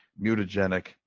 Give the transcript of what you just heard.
mutagenic